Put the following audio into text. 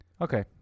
Okay